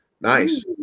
Nice